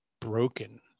broken